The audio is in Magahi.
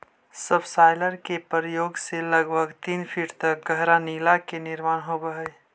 सबसॉइलर के प्रयोग से लगभग तीन फीट तक गहरा नाली के निर्माण होवऽ हई